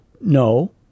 No